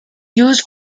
used